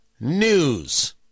news